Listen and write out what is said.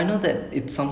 mm